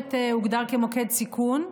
הצומת הוגדר כמוקד סיכון.